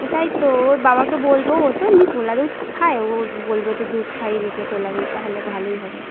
ওটাই তো ওর বাবাকে বলব ও তো এমনি তোলা দুধ খায় ও বলব যে দুধ খাইয়ে দিতে তোলা দুধ তাহলে ভালোই হবে